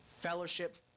fellowship